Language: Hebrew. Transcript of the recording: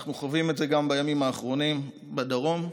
אנחנו חווים את זה בימים האחרונים גם בדרום.